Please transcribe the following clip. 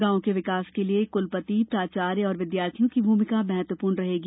ग्राम के विकास के लिए क्लपति प्राचार्य और विद्यार्थियों की भूमिका महत्वपूर्ण रहेगी